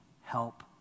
help